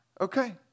okay